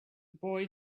boy